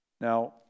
Now